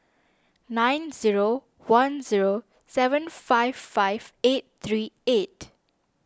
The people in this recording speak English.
nine zero one zero seven five five eight three eight